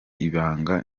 ibanga